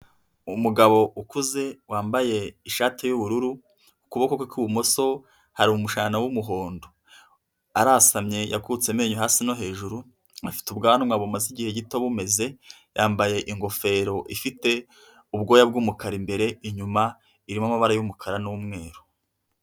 Umugabo ukuze wambaye ishati y'ubururu ukuboko kwe kw'ibumoso hari umushanana w'umuhondo. Arasamye yakutse amenyo hasi no hejuru, afite ubwanwa bumaze igihe gito bumeze; yambaye ingofero ifite ubwoya bw'umukara imbere n'inyuma, irimo amabara y'umukara numweru.